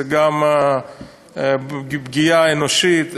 זו גם פגיעה אנושית,